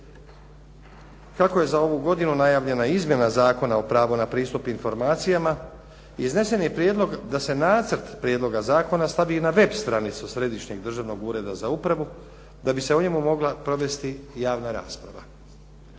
Kako je za ovu godinu najavljena izmjena Zakona o pravu na pristup informacijama iznesen je prijedlog da se nacrt prijedloga zakona stavi i na web stranicu Središnjeg državnog ureda za upravu da bi se o njemu mogla provesti javna rasprava.